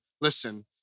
listen